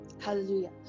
Hallelujah